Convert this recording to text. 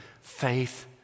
faith